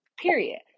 period